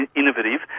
innovative